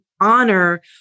honor